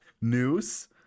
news